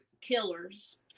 killers